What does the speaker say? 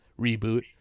reboot